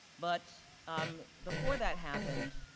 but um before that happened,